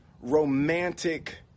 romantic